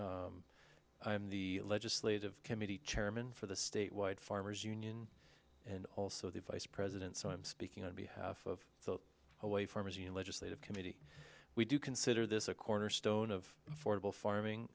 am the legislative committee chairman for the statewide farmers union and also the vice president so i'm speaking on behalf of the away from asean legislative committee we do consider this a cornerstone of affordable farming